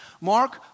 Mark